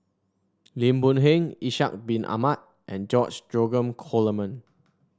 Lim Boon Heng Ishak Bin Ahmad and George Dromgold Coleman